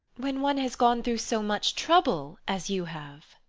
when one has gone through so much trouble as you have